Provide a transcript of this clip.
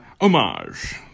homage